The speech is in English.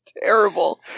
terrible